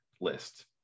list